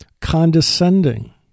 condescending